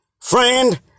Friend